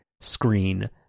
screen